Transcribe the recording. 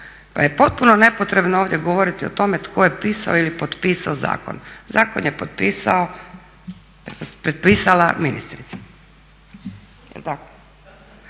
Pa je potpuno nepotrebno ovdje govoriti o tome tko je pisao ili potpisao zakon. Zakon je potpisala ministrica